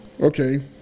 okay